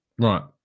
Right